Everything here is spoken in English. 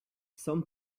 some